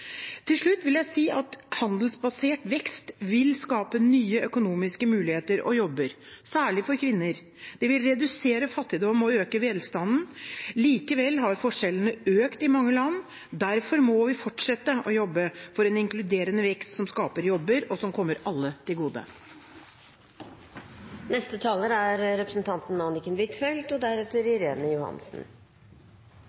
Til slutt vil jeg si at handelsbasert vekst vil skape nye økonomiske muligheter og jobber, særlig for kvinner. Det vil redusere fattigdom og øke velstanden. Likevel har forskjellene økt i mange land. Derfor må vi fortsette å jobbe for en inkluderende vekst som skaper jobber, og som kommer alle til gode. Handel er